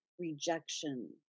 rejection